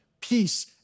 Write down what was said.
peace